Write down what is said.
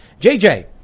JJ